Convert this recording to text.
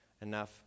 enough